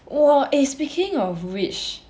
oh !wah! eh speaking of which